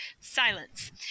silence